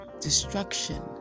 destruction